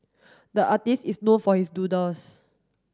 the artist is known for his doodles